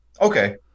Okay